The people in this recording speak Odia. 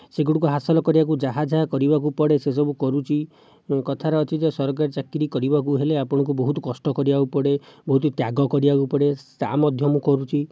ସେ ଗୁଡ଼ିକୁ ହାସଲ କରିବାକୁ ଯାହା ଯାହା କରିବାକୁ ପଡ଼େ ସେ ସବୁ କରୁଛି କଥାରେ ଅଛି ଯେ ସରକାରୀ ଚାକିରି କରିବାକୁ ହେଲେ ଆପଣଙ୍କୁ ବହୁତ କଷ୍ଟ କରିବାକୁ ପଡ଼େ ବହୁତ ତ୍ୟାଗ କରିବାକୁ ପଡ଼େ ତାହା ମଧ୍ୟ ମୁଁ କରୁଛି